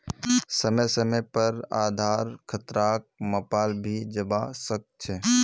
समय समय पर आधार खतराक मापाल भी जवा सक छे